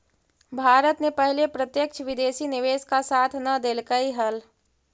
भारत ने पहले प्रत्यक्ष विदेशी निवेश का साथ न देलकइ हल